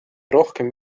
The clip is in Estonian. rohkem